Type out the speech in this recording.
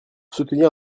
soutenir